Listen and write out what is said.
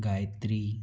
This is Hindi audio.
गायत्री